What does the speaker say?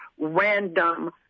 random